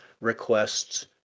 requests